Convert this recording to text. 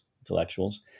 intellectuals